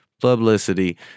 Publicity